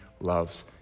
loves